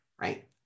right